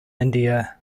india